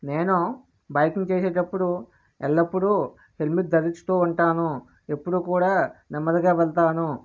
నేను బైకింగ్ చేసేటప్పుడు ఎల్లప్పుడు హెల్మెట్ ధరిస్తు ఉంటాను ఎప్పుడు కూడా నెమ్మదిగా వెళ్తాను